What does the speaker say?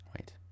wait